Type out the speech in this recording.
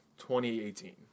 2018